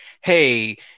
hey